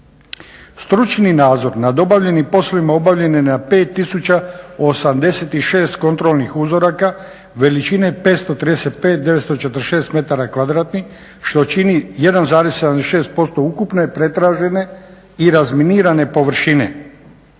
Stručni nadzor nad obavljenim poslovima obavljen je na 5086 kontrolnih uzoraka veličine 535946 m2 što čini 1,76% ukupne pretražene i razminirane površine.